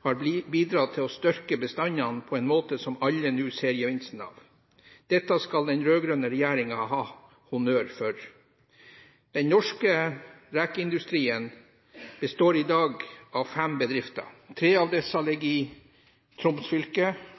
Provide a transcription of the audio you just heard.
har bidratt til å styrke bestandene på en måte som alle nå ser gevinsten av. Dette skal den rød-grønne regjeringen ha honnør for. Den norske rekeindustrien består i dag av fem bedrifter. Tre av disse ligger i Troms fylke,